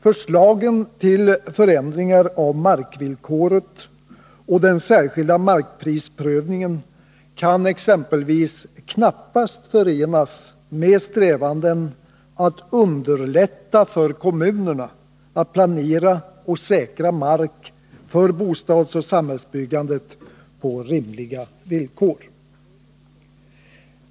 Förslagen till förändringar av markvillkoret och den särskilda markprisprövningen kan exempelvis knappast förenas med strävanden att underlätta för kommunerna att planera och säkra mark för bostadsoch samhällsbyggandet på rimliga villkor.